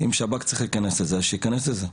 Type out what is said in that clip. ואם שב"כ צריך להיכנס לזה אז שיכנס לזה.